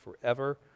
forever